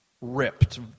ripped